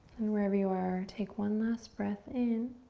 then wherever you are, take one last breath in.